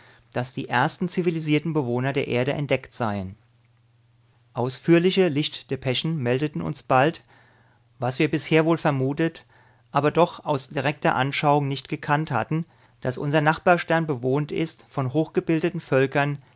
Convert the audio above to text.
daß die ersten zivilisierten bewohner der erde entdeckt seien ausführliche lichtdepeschen meldeten uns bald was wir bisher wohl vermutet aber doch aus direkter anschauung nicht gekannt hatten daß unser nachbarstern bewohnt ist von hochgebildeten völkern